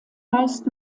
meist